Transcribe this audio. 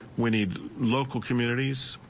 we need local communities,